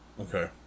Okay